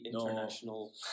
International